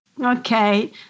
Okay